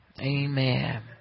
Amen